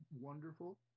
wonderful